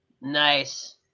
Nice